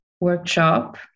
workshop